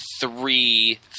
three